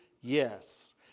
yes